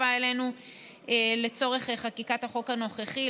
שהצטרפה אלינו לצורך חקיקת החוק הנוכחי,